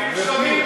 גברתי,